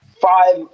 five